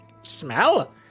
smell